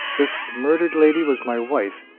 this murdered lady was my wife,